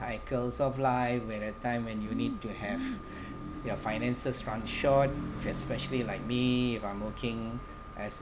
cycles of life when a time when you need to have your finances run short f~ especially like me if I'm working as